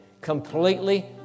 completely